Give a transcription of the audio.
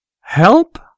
help